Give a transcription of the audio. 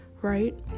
right